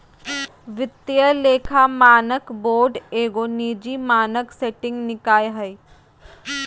वित्तीय लेखा मानक बोर्ड एगो निजी मानक सेटिंग निकाय हइ